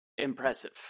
impressive